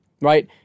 right